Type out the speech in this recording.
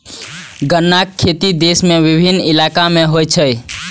गन्नाक खेती देश के विभिन्न इलाका मे होइ छै